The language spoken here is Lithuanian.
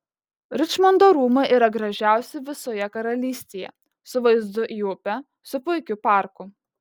ričmondo rūmai yra gražiausi visoje karalystėje su vaizdu į upę su puikiu parku